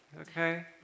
Okay